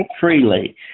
freely